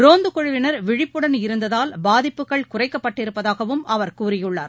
ரோந்துக் குழுவினர் விழிப்புடன் இருந்ததால் பாதிப்புகள் குறைக்கப்பட்டிருப்பதாகவும் அவர் கூறியுள்ளார்